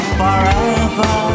forever